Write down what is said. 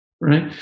right